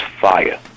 fire